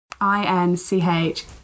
I-N-C-H